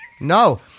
No